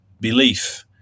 belief